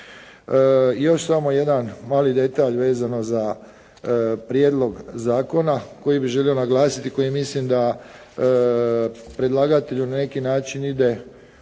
Još samo jedan mali detalj vezano za prijedlog zakona koji bi želio naglasiti, koji mislim da predlagatelju na neki način ide